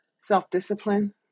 self-discipline